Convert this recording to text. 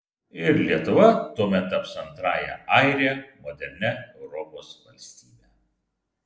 ir lietuva tuomet taps antrąja airija modernia europos valstybe